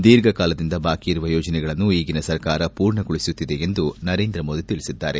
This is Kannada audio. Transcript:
ದೀರ್ಘಕಾಲದಿಂದ ಬಾಕಿ ಇರುವ ಯೋಜನೆಗಳನ್ನು ಈಗಿನ ಸರ್ಕಾರ ಪೂರ್ಣಗೊಳಿಸುತ್ತಿದೆ ಎಂದು ನರೇಂದ್ರ ಮೋದಿ ತಿಳಿಸಿದ್ದಾರೆ